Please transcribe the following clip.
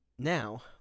Now